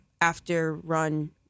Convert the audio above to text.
after-run